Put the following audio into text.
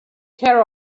care